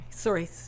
sorry